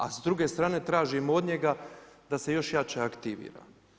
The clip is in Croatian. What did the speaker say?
A s druge strane tražim od njega da se još jače aktivira.